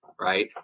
right